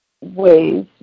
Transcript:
ways